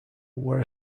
were